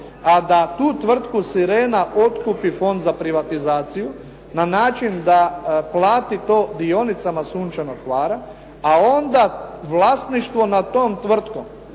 a da tu tvrtku "Sirena" otkupi Fond za privatizaciju na način da plati to dionicama "Sunčanog Hvara", a onda vlasništvo nad tom tvrtkom